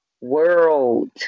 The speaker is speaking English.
world